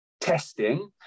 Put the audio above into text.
testing